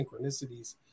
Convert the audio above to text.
synchronicities